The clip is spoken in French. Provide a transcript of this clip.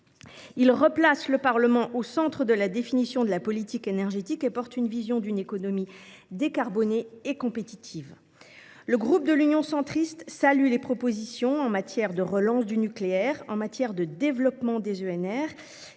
Il replace le Parlement au centre de la définition de la politique énergétique et porte la vision d’une économie décarbonée et compétitive. Le groupe Union Centriste salue les propositions en matière de relance du nucléaire et de développement des